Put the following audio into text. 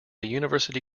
university